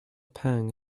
pang